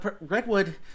Redwood